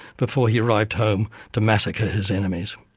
before he arrived home to massacre his enemies.